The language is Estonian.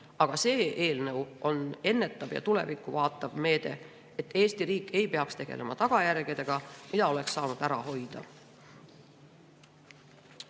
Aga see eelnõu on ennetav ja tulevikku vaatav, et Eesti riik ei peaks tegelema tagajärgedega, mida oleks saanud ära hoida.